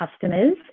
customers